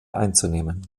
einzunehmen